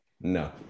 No